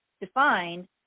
defined